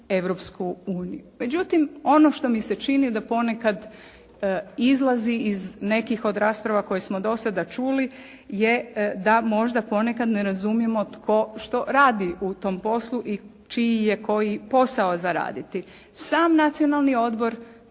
Europsku uniju. Međutim, ono što mi se čini da ponekad izlazi iz nekih od rasprava koje smo do sada čuli je da možda ponekad ne razumijemo tko što radi u tom poslu i čiji je koji posao za raditi. Sam Nacionalni odbor